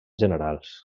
generals